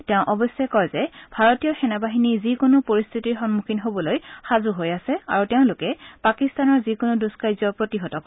তেওঁ অৱশ্যে কয় যে ভাৰতীয় সেনাবাহিনী যিকোনো পৰিস্থিতিৰ সন্মুখীন হবলৈ সাজু হৈ আছে আৰু তেওঁলোকে পাকিস্তানৰ যিকোনো দুস্কাৰ্য প্ৰতিহত কৰিব